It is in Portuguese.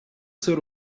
ser